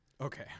Okay